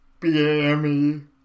BAME